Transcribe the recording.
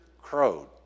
crowed